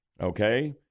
okay